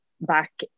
back